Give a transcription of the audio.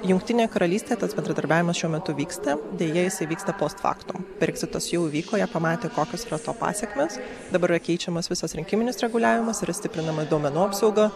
jungtinėj karalystėj tas bendradarbiavimas šiuo metu vyksta deja jisai vyksta post faktum breksitas jau įvyko jie pamatė kokios yra to pasekmės dabar yra keičiamas visas rinkiminis reguliavimas yra stiprinama duomenų apsauga